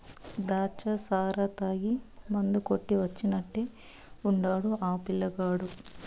దాచ్చా సారా తాగి మందు కొట్టి వచ్చినట్టే ఉండాడు ఆ పిల్లగాడు